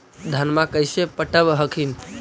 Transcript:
धन्मा कैसे पटब हखिन?